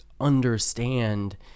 understand